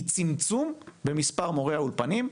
היא צמצום במספר מורי האולפנים,